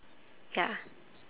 ya